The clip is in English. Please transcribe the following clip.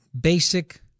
basic